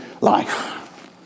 life